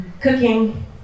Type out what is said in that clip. cooking